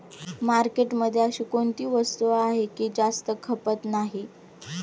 मार्केटमध्ये अशी कोणती वस्तू आहे की जास्त खपत नाही?